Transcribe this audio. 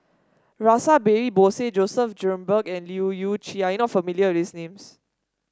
Rash Behari Bose Joseph Grimberg and Leu Yew Chye You are not familiar with these names